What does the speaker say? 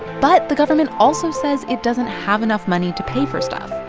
but the government also says it doesn't have enough money to pay for stuff.